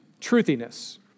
Truthiness